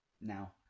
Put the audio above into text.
now